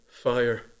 fire